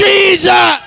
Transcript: Jesus